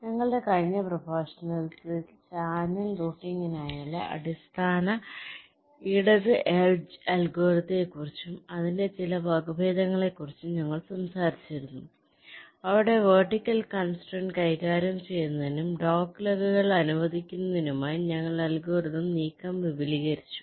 ഞങ്ങളുടെ കഴിഞ്ഞ പ്രഭാഷണത്തിൽ ചാനൽ റൂട്ടിംഗിനായുള്ള അടിസ്ഥാന ഇടത് എഡ്ജ് അൽഗോരിതത്തെക്കുറിച്ചും അതിന്റെ ചില വകഭേദങ്ങളെക്കുറിച്ചും ഞങ്ങൾ സംസാരിച്ചിരുന്നു അവിടെ വെർട്ടിക്കൽ കോൺസ്ട്രയിന്റ് കൈകാര്യം ചെയ്യുന്നതിനും ഡോഗ്ലെഗുകൾ അനുവദിക്കുന്നതിനുമായി ഞങ്ങൾ അൽഗോരിതം നീക്കം വിപുലീകരിച്ചു